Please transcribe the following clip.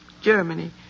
Germany